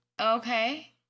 Okay